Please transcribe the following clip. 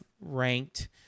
ranked